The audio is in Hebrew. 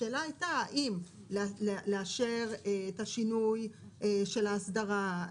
השאלה הייתה האם לאשר את השינוי של ההסדרה,